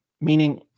meaning